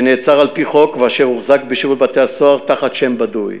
שנעצר על-פי חוק ואשר הוחזק בשירות בתי-הסוהר תחת שם בדוי.